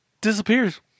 disappears